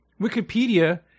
Wikipedia